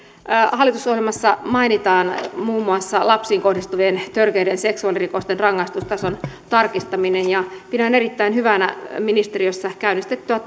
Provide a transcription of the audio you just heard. hallitusohjelmassa mainitaan muun muassa lapsiin kohdistuvien törkeiden seksuaalirikosten rangaistustason tarkistaminen ja pidän erittäin hyvänä ministeriössä käynnistettyä